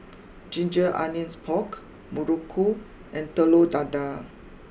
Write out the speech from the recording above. Ginger Onions Pork Muruku and Telur Dadah